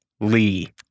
Lee